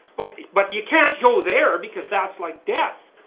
but you can't go there because that's like death.